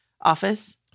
office